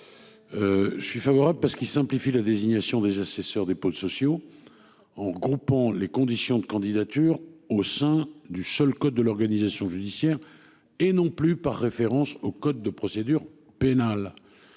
Je suis favorable, parce qu'il simplifie la désignation des assesseurs des pôles sociaux en groupant les conditions de candidature au sein du seul code de l'organisation judiciaire et non plus par référence au Code de procédure. Pénale.